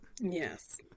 Yes